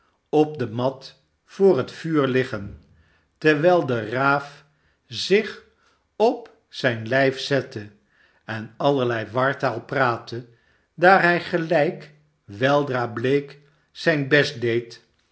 op de mat voor het vuur liggen terwijl de raaf zich op zijn lijf zette en allerlei wartaal praatte daar hij gelijk weldra bleek zijn best deed